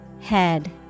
Head